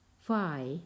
Five